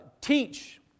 teach